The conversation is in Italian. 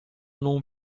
non